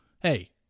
Hey